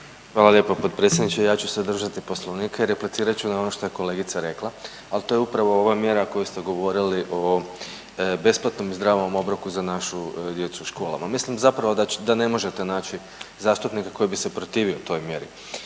Hvala lijepo potpredsjedniče. Ja ću se držati Poslovnika i replicirat ću na ono što je kolegica rekla, a to je upravo ova mjera koju ste govorili o besplatnom i zdravom obroku za našu djecu u školama. Mislim zapravo da ne možete naći zastupnika koji bi se protivio toj mjeri.